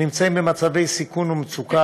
הנמצאים במצבי סיכון ומצוקה.